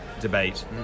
debate